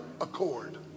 accord